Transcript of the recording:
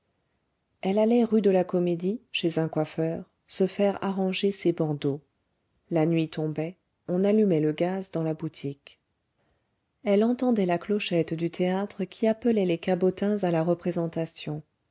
elle allait rue de la comédie chez un coiffeur se faire arranger ses bandeaux la nuit tombait on allumait le gaz dans la boutique elle entendait la clochette du théâtre qui appelait les cabotins à la représentation